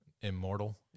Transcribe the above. Immortal